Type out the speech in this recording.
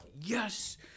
yes